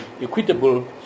equitable